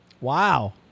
Wow